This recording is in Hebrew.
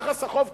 יחס החוב תוצר,